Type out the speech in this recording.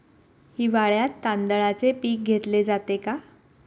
हिवाळ्यात तांदळाचे पीक घेतले जाते का?